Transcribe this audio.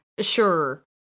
sure